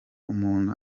umuzungu